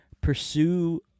pursue